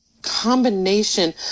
combination